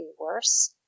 worse